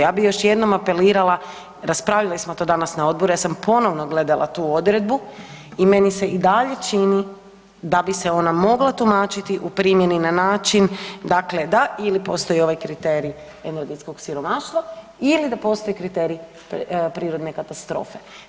Ja bi još jednom apelirala, raspravili smo to danas na odboru, ja sam ponovno gledala tu odredbu i meni se i dalje čini da bi se ona mogla tumačiti u primjeni na način dakle da ili postoji ovaj kriterij energetskog siromaštva ili da postoji kriterij prirodne katastrofe.